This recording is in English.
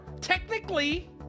technically